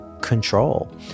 control